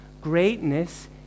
Greatness